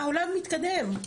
העולם מתקדם,